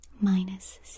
minus